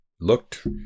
looked